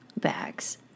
bags